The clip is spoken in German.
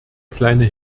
kleine